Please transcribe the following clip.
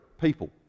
people